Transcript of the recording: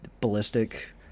ballistic